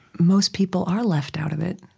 most people are left out of it,